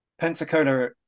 Pensacola